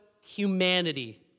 humanity